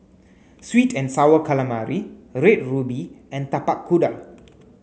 sweet and sour calamari red ruby and Tapak Kuda